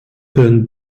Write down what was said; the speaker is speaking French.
colonnes